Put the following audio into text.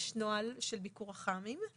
יש נוהל של ביקור אח"מים,